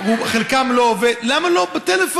חלקם לא עובדים.